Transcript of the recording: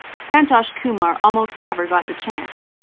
santhosh kumar almost never got the chance.